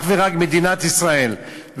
אך ורק מדינת ישראל.